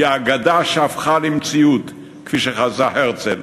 היא האגדה שהפכה למציאות, כפי שחזה הרצל,